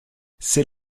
c’est